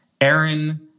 Aaron